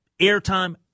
airtime